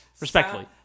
respectfully